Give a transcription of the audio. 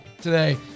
today